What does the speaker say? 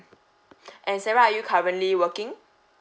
and sarah are you currently working